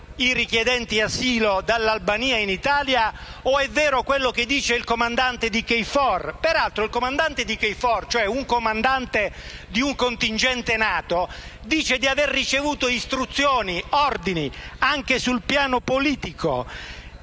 i richiedenti asilo dall'Albania in Italia, o è vero quello che dice il comandante di KFOR? Peraltro il comandante di KFOR, cioè il comandante di un contingente NATO, dice di aver ricevuto istruzioni e ordini anche sul piano politico.